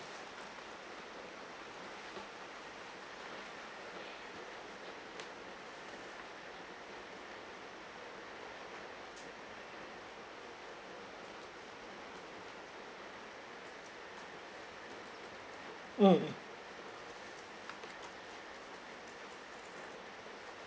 mm